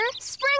Spring